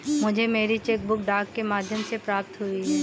मुझे मेरी cheque book डाक के माध्यम से प्राप्त हुई है